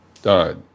died